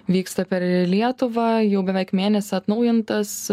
vyksta per lietuvą jau beveik mėnesį atnaujintas